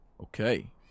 Okay